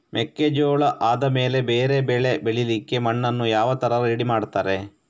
ಮೆಕ್ಕೆಜೋಳ ಆದಮೇಲೆ ಬೇರೆ ಬೆಳೆ ಬೆಳಿಲಿಕ್ಕೆ ಮಣ್ಣನ್ನು ಯಾವ ತರ ರೆಡಿ ಮಾಡ್ತಾರೆ?